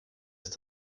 ist